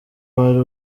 wari